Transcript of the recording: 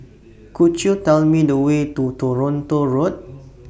Could YOU Tell Me The Way to Toronto Road